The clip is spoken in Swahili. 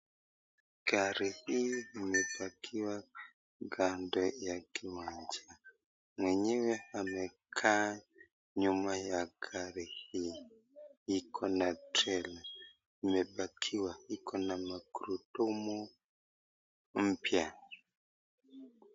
Gari hii imepakiwa kando ya gareji . Mwenyewe amekaa nyuma ya gari hii iko na trela imepakiwa iko na magurudumu mpya .